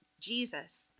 Jesus